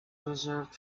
reserved